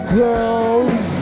girls